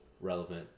relevant